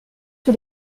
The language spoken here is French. sur